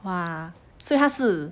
!wah! 所以它是